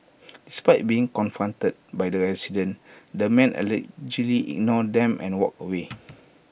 despite being confronted by the residents the man allegedly ignored them and walked away